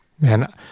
Man